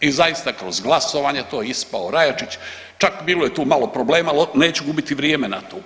I zaista kroz glasovanje to je ispao Rajačić čak bilo je tu malo i problema, ali neću gubiti vrijeme na to.